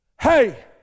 Hey